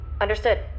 Understood